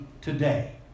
today